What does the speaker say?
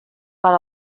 per